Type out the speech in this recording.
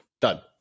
done